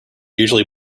usually